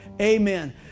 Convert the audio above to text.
amen